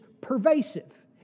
pervasive